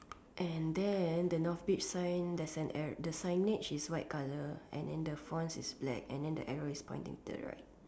and then the Northbridge sign the sign air the signage is white colour and in the fonts is black and then the arrow is pointing to the right